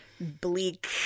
bleak